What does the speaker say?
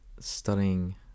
studying